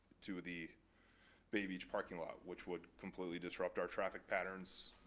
to the bay beach parking lot, which would completely disrupt our traffic patterns.